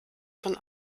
von